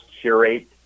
curate